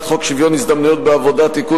חוק שוויון ההזדמנויות בעבודה (תיקון,